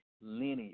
linear